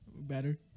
Better